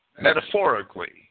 metaphorically